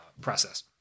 process